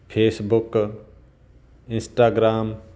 Facebook Instagram